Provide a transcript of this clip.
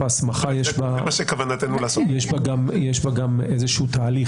ההסמכה יש בה גם איזשהו תהליך.